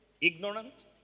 ignorant